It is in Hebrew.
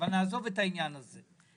אבל נעזוב את העניין הזה.